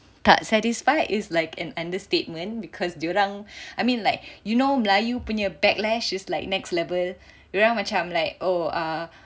tak satisfy is like an understatement because dorang I mean like you know like melayu punya backlash is like next level dorang macam like oh err